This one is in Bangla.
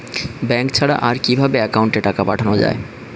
ব্যাঙ্ক ছাড়া আর কিভাবে একাউন্টে টাকা পাঠানো য়ায়?